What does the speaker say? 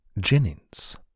Jennings